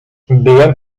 byłem